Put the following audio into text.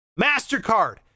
MasterCard